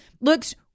looks